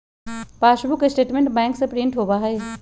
passbook statement bank से print होबा हई